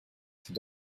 sie